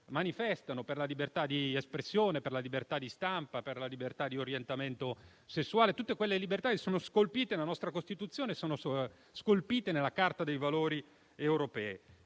manifestano per la libertà di espressione, per la libertà di stampa e di orientamento sessuale; tutte quelle libertà che sono scolpite nella nostra Costituzione e nella Carta europea